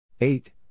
eight